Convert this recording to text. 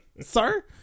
Sir